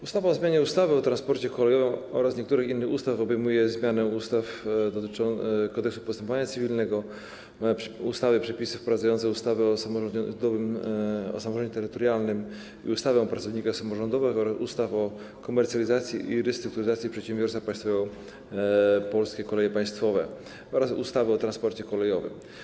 Ustawa o zmianie ustawy o transporcie kolejowym oraz niektórych innych ustaw obejmuje zmianę Kodeksu postępowania cywilnego, ustawy Przepisy wprowadzające ustawę o samorządzie terytorialnym, ustawy o pracownikach samorządowych, ustawy o komercjalizacji i restrukturyzacji przedsiębiorstwa państwowego Polskie Koleje Państwowe oraz ustawy o transporcie kolejowym.